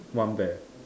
one bear